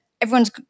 everyone's